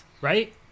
Right